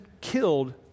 killed